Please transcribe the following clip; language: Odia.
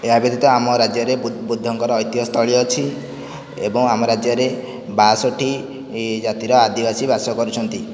ଏହା ବ୍ୟତୀତ ଆମ ରାଜ୍ୟରେ ବୁଦ୍ଧଙ୍କର ଐତିହ ସ୍ଥଳୀ ଅଛି ଏବଂ ଆମ ରାଜ୍ୟରେ ବାଷଠି ଜାତିର ଆଦିବାସୀ ବାସ କରୁଛନ୍ତି